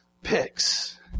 picks